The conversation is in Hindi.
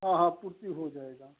हाँ हाँ पूर्ति हो जायेगा